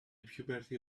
puberty